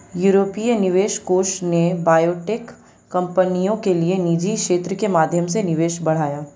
यूरोपीय निवेश कोष ने बायोटेक कंपनियों के लिए निजी क्षेत्र के माध्यम से निवेश बढ़ाया